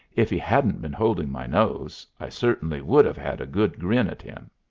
if he hadn't been holding my nose, i certainly would have had a good grin at him.